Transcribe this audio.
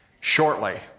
shortly